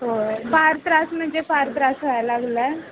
होय फार त्रास म्हणजे फार त्रास व्हायला लागला आहे